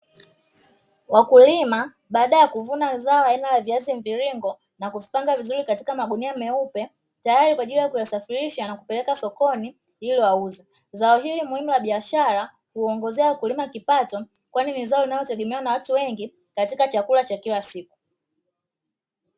Wakulima baada ya kuvuna zao aina ya viazi mviringo na kuvipanga vizuri katika magunia meupe tayari kwa ajili ya kuyasafirisha na kupeleka sokoni ili wauze. Zao hili muhimu la biashara huwaongezea wakulima kipato kwani ni zao linalotegemewa na watu wengi katika chakula cha kila siku.